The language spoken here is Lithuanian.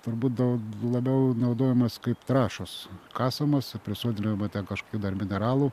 turbūt daug labiau naudojamas kaip trąšos kasamos ir prisodrinama kažkokių dar mineralų